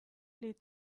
les